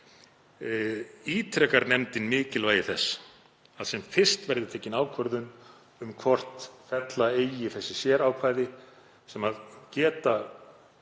ítrekar nefndin mikilvægi þess að sem fyrst verði tekin ákvörðun um hvort fella eigi úr lögunum þessi sérákvæði sem geta